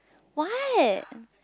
what